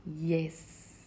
yes